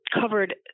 covered